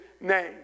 name